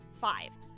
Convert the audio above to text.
Five